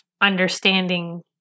understanding